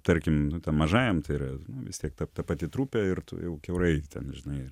tarkim nu tam mažajam tai yra vis tiek ta pati trupė ir tu jau kiaurai na žinai